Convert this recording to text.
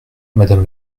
madame